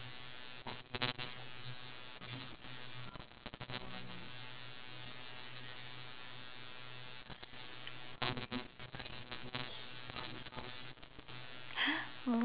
!huh!